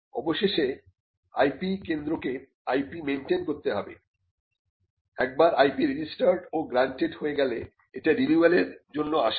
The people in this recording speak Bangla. অবশেষে IP কেন্দ্রকে IP মেন্টেন করতে হবে একবার IP রেজিস্টার্ড ও গ্রান্টেড হয়ে গেলে এটি রিনিউয়ালের জন্য আসে